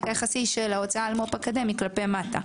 היחסי של ההוצאה על מו"פ אקדמי כלפי מטה.